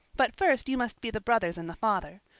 but first you must be the brothers and the father.